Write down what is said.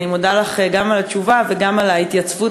אני מודה לך גם על התשובה וגם על ההתייצבות